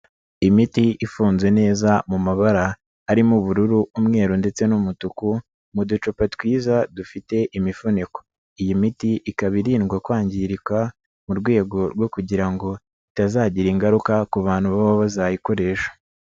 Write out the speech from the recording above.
Imiti ifunze neza mu mabara, arimo ubururu, umweru ndetse n'umutuku, mu ducupa twiza dufite imifuniko, iyi miti ikaba irindwa kwangirika, mu rwego rwo kugira ngo itazagira ingaruka ku bantu baba bazayikoresha.